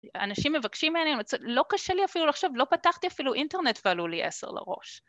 אנשים מבקשים, לא קשה לי אפילו לחשוב, לא פתחתי אפילו אינטרנט ועלו לי עשר לראש.